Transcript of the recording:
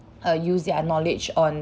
uh use their knowledge on